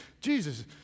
Jesus